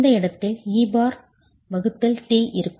இந்த இடத்தில் t இருக்கும்